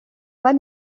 pas